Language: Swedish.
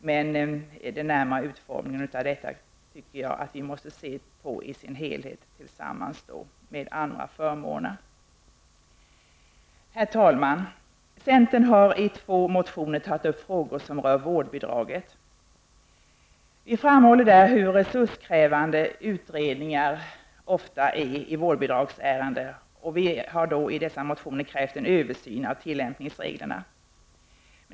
Men jag anser alltså att man vid den närmare utformningen av detta måste se på frågan i dess helhet tillsammans med andra förmåner. Herr talman! Centern har i två motioner tagit upp frågor som rör vårdbidraget. Vi framhåller där hur resurskrävande utredningar ofta är i vårdbidragsärenden, och vi har i dessa motioner krävt en översyn av tillämpningsreglerna.